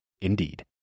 Indeed